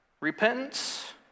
Repentance